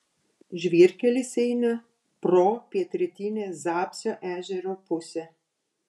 žvyrkelis eina pro pietrytinę zapsio ežero pusę